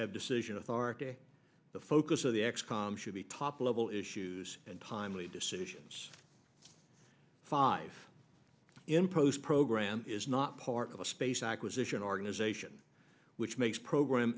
have decision authority the focus of the x com should be top level issues and timely decisions five impose program is not part of a space acquisition organization which makes program